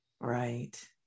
Right